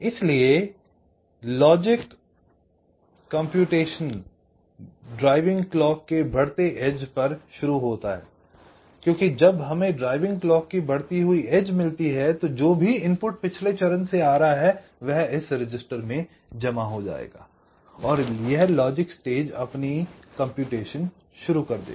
इसलिए लॉजिक मूल्यांकन driving clock के बढ़ते किनारे पर शुरू होता है क्योंकि जब हमें ड्राइविंग क्लॉक की बढ़ती हुई एज किनारा मिलती है तो जो भी इनपुट पिछले चरण से आ रहा है वह इस रजिस्टर में जमा हो जाएगा और यह लॉजिक स्टेज अपनी गणना शुरू कर देगा